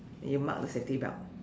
you mark the safety belt